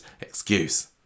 excuse